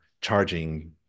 charging